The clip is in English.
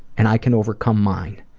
and i can overcome mine.